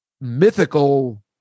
mythical